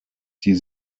die